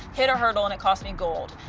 hit a hurdle and it cost me gold.